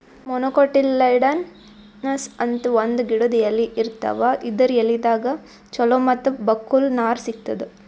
monocotyledonous ಅಂತ್ ಒಂದ್ ಗಿಡದ್ ಎಲಿ ಇರ್ತಾವ ಇದರ್ ಎಲಿದಾಗ್ ಚಲೋ ಮತ್ತ್ ಬಕ್ಕುಲ್ ನಾರ್ ಸಿಗ್ತದ್